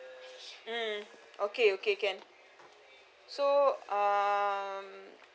mm okay okay can so uh